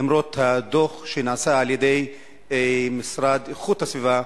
למרות הדוח שנעשה על-ידי המשרד לאיכות הסביבה,